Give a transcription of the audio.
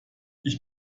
ich